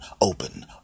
open